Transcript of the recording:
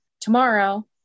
tomorrow